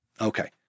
Okay